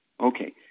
Okay